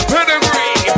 Pedigree